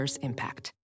impact